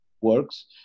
works